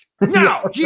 No